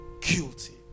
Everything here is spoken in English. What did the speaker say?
guilty